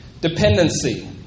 dependency